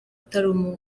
utari